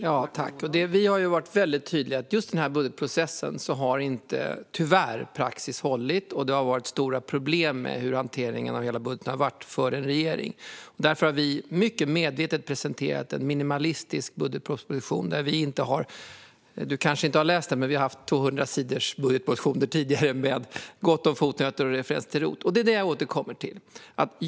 Fru talman! Vi har varit tydliga med att praxis tyvärr inte har följts i denna budgetprocess. Det har varit stora problem med hur hanteringen av hela budgeten har varit för en regering. Därför har vi mycket medvetet presenterat en minimalistisk budgetmotion. Du kanske inte har läst den. Men vi har tidigare haft 200 sidors budgetmotioner med gott om fotnoter och referenser till RUT. Det är detta jag återkommer till.